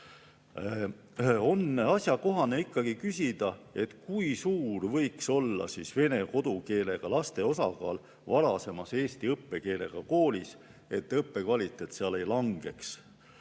On asjakohane ikkagi küsida, kui suur võiks olla vene kodukeelega laste osakaal varasemas eesti õppekeelega koolis, et õppekvaliteet seal ei langeks.